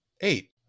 Eight